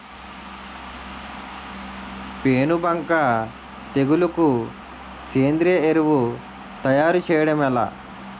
పేను బంక తెగులుకు సేంద్రీయ ఎరువు తయారు చేయడం ఎలా?